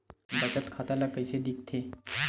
बचत खाता ला कइसे दिखथे?